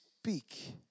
Speak